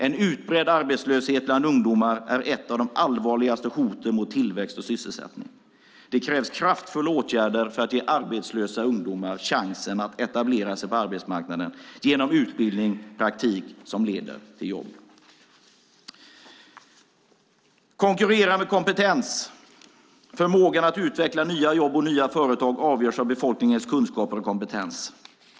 En utbredd arbetslöshet bland ungdomar är ett av de allvarligaste hoten mot tillväxt och sysselsättning. Det krävs kraftfulla åtgärder för att ge arbetslösa ungdomar chansen att etablera sig på arbetsmarknaden genom utbildning och praktik som leder till jobb. Vi ska konkurrera med kompetens. Förmågan att utveckla nya jobb och nya företag avgörs av befolkningens kunskaper och kompetens.